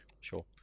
Sure